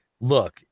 Look